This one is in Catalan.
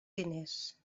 diners